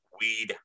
weed